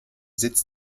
sitz